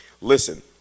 Listen